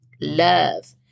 Love